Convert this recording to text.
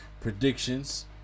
predictions